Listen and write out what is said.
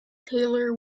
taylor